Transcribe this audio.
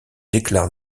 déclare